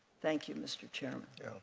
thank you, mr. chairman.